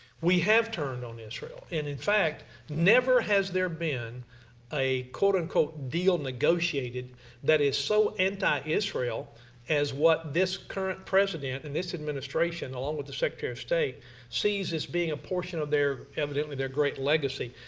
we have turned on israel. and in fact never has there been a quote on quote deal negotiated that is so anti-israel as what this current president and this administration along with the secretary of state sees as being a portion of their evidently their great legacy.